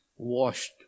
washed